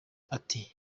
ati